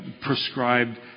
prescribed